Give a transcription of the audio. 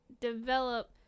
develop